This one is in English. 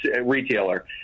retailer